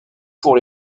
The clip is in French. pour